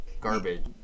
garbage